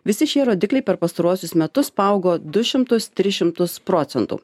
visi šie rodikliai per pastaruosius metus paaugo du šimtus tris šimtus procentų